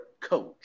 coach